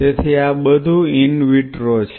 તેથી આ બધું ઈન વિટ્રો છે